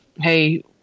hey